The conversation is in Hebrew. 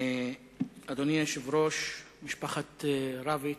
אדוני היושב-ראש, משפחת רביץ,